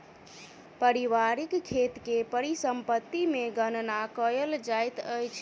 पारिवारिक खेत के परिसम्पत्ति मे गणना कयल जाइत अछि